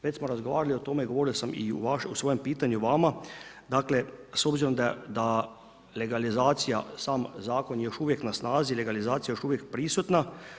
Već smo razgovarali o tom, govorio sam i u svojem pitanju vama, dakle s obzirom da legalizacija, sam Zakon je još uvijek na snazi, legalizacija još prisutna.